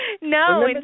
No